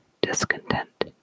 discontent